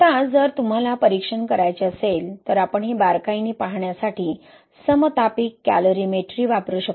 आता जर तुम्हाला परीक्षण करायचे असेल तर आपण हे बारकाईने पाहण्यासाठी समतापिक कॅलरीमेट्री वापरू शकतो